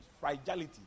Fragility